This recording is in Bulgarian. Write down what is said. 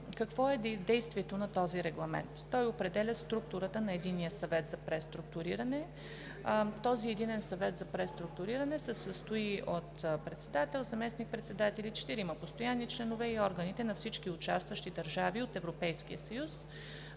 Какво е действието на този регламент? Той определя структурата на Единния съвет за преструктуриране, който се състои от председател, заместник-председатели, четирима постоянни членове и органите на всички участващи държави от Европейския съюз,